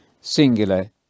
singular